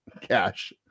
Cash